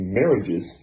marriages